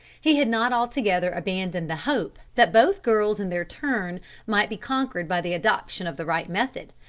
he had not altogether abandoned the hope that both girls in their turn might be conquered by the adoption of the right method.